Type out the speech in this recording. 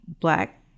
black